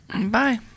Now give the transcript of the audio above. Bye